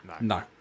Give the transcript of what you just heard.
no